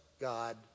God